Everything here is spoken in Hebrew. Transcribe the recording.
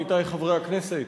עמיתי חברי הכנסת,